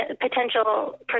potential